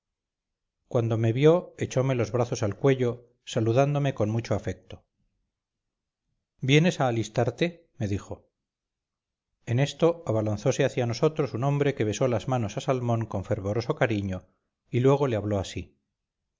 cuando me vio echome los brazos al cuello saludándome con mucho afecto vienes a alistarte me dijo en esto abalanzose hacia nosotros un hombre que besó las manos a salmón con fervoroso cariño y luego le habló así